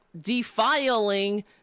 defiling